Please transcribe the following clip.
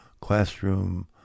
classroom